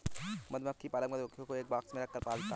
मधुमक्खी पालक मधुमक्खियों को एक बॉक्स में रखकर पालता है